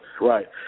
right